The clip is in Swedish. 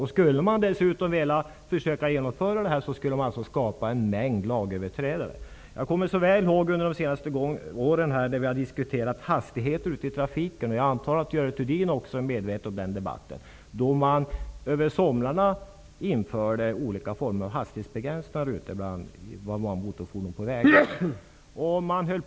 Om ett sådant förslag genomförs skapar man en mängd lagöverträdare. Jag kommer så väl ihåg hur vi har diskuterat hastigheter i trafiken under de senaste åren. Jag antar att också Görel Thurdin är medveten om den debatten. Det infördes olika hastighetsbegränsningar för motorfordon på vägarna under somrarna.